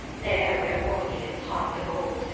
there where orpheus harped of old,